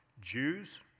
Jews